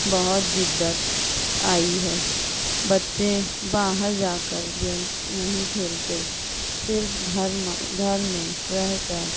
بہت جدت آئی ہے بچے باہر جا کر گیمس نہیں کھیلتے صرف گھر ما گھر میں رہ کر